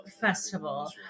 Festival